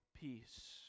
peace